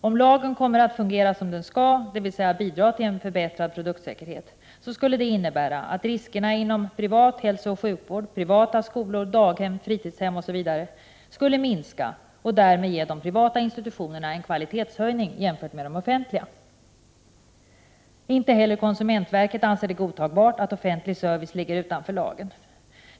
Om lagen kommer att fungera som den skall, dvs. bidra till en förbättrad produktsäkerhet, skulle det innebära att riskerna inom privat hälsooch sjukvård, privata skolor, daghem, fritidshem osv. skulle minska och därmed ge de privata institutionerna en kvalitetshöjning jämfört med de offentliga. Inte heller konsumentverket anser det godtagbart att offentlig service ligger utanför lagen.